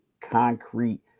concrete